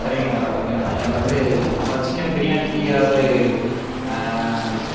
தருவீங்களா ஓகேண்ணா எனக்கு வந்து அப்புறம் சிக்கன் பிரியாணிக்கு ஏதாவது